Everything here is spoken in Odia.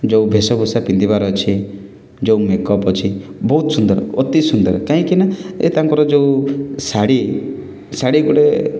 ଯେଉଁ ବେଶଭୂଷା ପିନ୍ଧିବାର ଅଛି ଯେଉଁ ମେକପ୍ ଅଛି ବହୁତ ସୁନ୍ଦର ଅତି ସୁନ୍ଦର କାଇଁକି ନା ଏ ତାଙ୍କର ଯେଉଁ ଶାଢ଼ି ଶାଢ଼ି ଗୋଡ଼େ